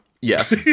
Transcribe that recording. Yes